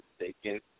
mistaken